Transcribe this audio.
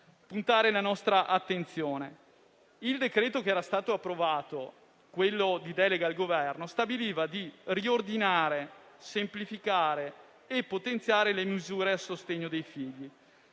puntare la nostra attenzione. Il provvedimento approvato di delega al Governo stabiliva di riordinare, semplificare e potenziare le misure a sostegno dei figli.